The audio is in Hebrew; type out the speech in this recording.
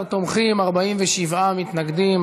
17 תומכים, 47 מתנגדים.